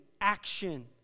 action